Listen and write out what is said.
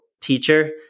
teacher